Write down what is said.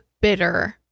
bitter